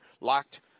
locked